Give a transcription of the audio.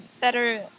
better